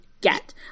get